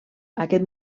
aquest